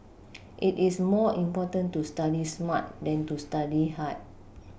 it is more important to study smart than to study hard